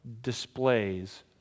displays